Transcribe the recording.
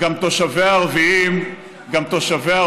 גם תושביה הערבים סובלים.